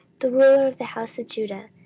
the ruler of the house of judah,